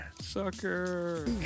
Sucker